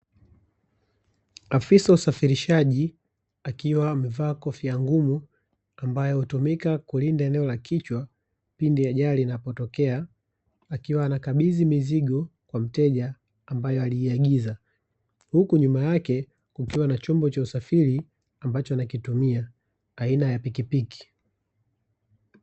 Afisa usafirishaji akiwa amevaa kofia ngumu, ambayo hutumika kulinda eneo la kichwa pindi ajali inaptokea, akiwa anakabidhii mizigo kwa mteja ambayo aliiagiza, huku nyuma yake kukiwa na chombo cha usafiri ambacho anakitumia, aina ya pikipiki.